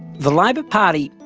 the labor party,